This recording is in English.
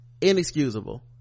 inexcusable